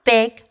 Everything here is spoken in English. Big